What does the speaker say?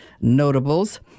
notables